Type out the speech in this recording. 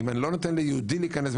אני לא נותן ליהודי להיכנס,